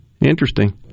Interesting